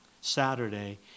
Saturday